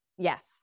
Yes